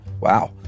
Wow